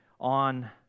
on